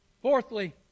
Fourthly